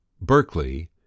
Berkeley